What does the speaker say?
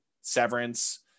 severance